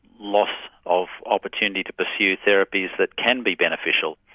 loss of opportunity to pursue therapies that can be beneficial.